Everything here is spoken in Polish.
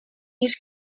niż